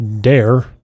Dare